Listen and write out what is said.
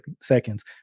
seconds